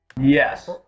Yes